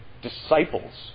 disciples